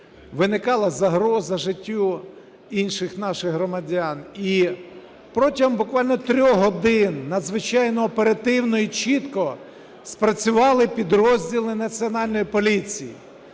виникала загроза життю інших наших громадян. І протягом буквально трьох годин надзвичайно оперативно і чітко спрацювали підрозділи Національної поліції.